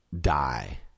die